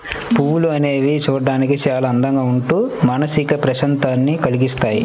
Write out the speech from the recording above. పువ్వులు అనేవి చూడడానికి చాలా అందంగా ఉంటూ మానసిక ప్రశాంతతని కల్గిస్తాయి